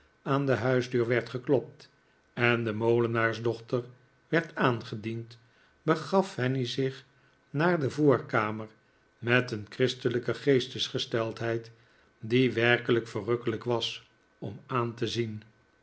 aan de huisdeur werd geklopt en de molenaarsdochter werd aangediend begaf fanny zich naar de voorkamer met een christelijke geestesgesteldheid die werkelijk verrukkeiijk was om aan te zien